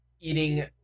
eating